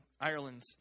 Ireland